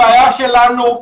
הבעיה שלנו,